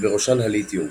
ובראשן הליתיום,